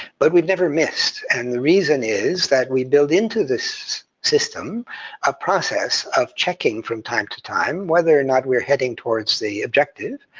but we've never missed, and the reason is that we build into this system a process of checking from time to time whether we're heading towards the objective,